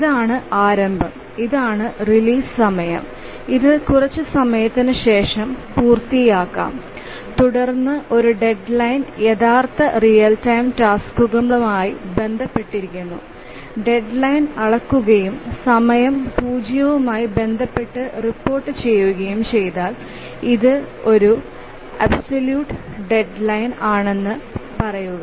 ഇതാണ് ആരംഭം ഇതാണ് റിലീസ് സമയം ഇത് കുറച്ച് സമയത്തിന് ശേഷം പൂർത്തിയാകാം തുടർന്ന് ഒരു ഡെഡ് ലൈന് യഥാർത്ഥ റിയൽ ടൈം ടാസ്കുകളുമായി ബന്ധപ്പെട്ടിരിക്കുന്നു ഡെഡ് ലൈന് അളക്കുകയും സമയ പൂജ്യവുമായി ബന്ധപ്പെട്ട് റിപ്പോർട്ടുചെയ്യുകയും ചെയ്താൽ ഇത് ഒരു ആബ്സലൂറ്റ് ഡെഡ് ലൈന് ആണെന്ന് പറയുക